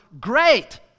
great